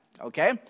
okay